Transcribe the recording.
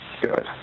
good